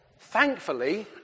thankfully